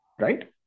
right